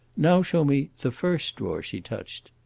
now show me the first drawer she touched.